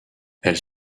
elle